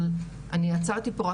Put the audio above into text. אבל אני עצרתי פה,